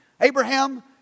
Abraham